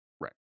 Right